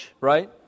right